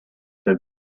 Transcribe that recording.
have